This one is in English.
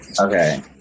Okay